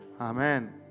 Amen